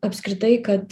apskritai kad